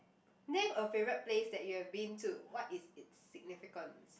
name a favourite place that you have been to what is it significance